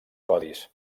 codis